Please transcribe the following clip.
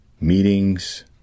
meetings